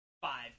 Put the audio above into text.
five